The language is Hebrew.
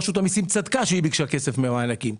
רשות המסים צדקה כשהיא ביקשה כסף ממענקים,